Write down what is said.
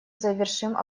завершим